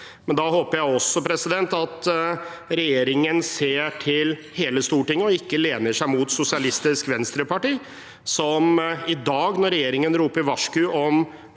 i. Da håper jeg også at regjeringen ser til hele Stortinget, og ikke lener seg mot Sosialistisk Venstreparti, som i dag – når regjeringen roper varsku om